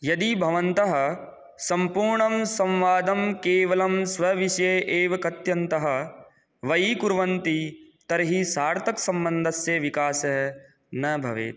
यदि भवन्तः सम्पूर्णं संवादं केवलं स्वविषये एव कथ्यन्तः वयीकुर्वन्ति तर्हि सार्थकं सम्बन्धस्य विकासं न भवेत्